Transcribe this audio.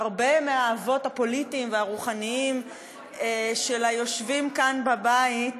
הרבה מהאבות הפוליטיים והרוחניים של היושבים כאן בבית,